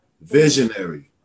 visionary